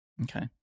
Okay